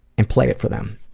and play it for them.